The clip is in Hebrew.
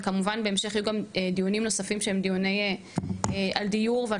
וכמובן שבהמשך יהיו דיונים אחרים על דיור ועל